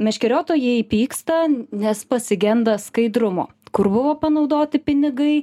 meškeriotojai pyksta nes pasigenda skaidrumo kur buvo panaudoti pinigai